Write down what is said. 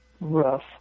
rough